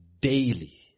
daily